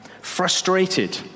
Frustrated